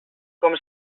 com